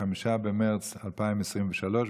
5 במרץ 2023,